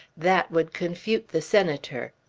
that would confute the senator.